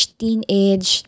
teenage